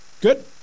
Good